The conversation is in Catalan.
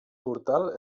portal